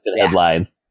headlines